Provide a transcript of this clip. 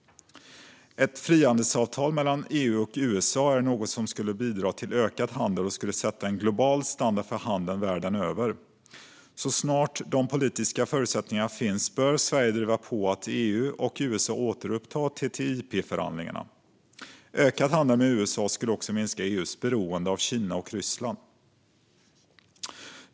Ett frihandelsavtal mellan EU och USA är något som skulle bidra till ökad handel och skulle sätta en global standard för handeln världen över. Så snart de politiska förutsättningarna finns bör Sverige driva på för att EU och USA återupptar TTIP-förhandlingarna. Ökad handel med USA skulle också minska EU:s beroende av Kina och Ryssland.